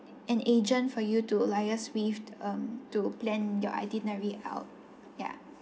an agent for you to liaise with um to plan your itinerary out ya